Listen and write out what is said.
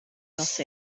not